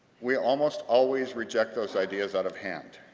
we almost always reject those ideas out of hand.